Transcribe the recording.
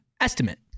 estimate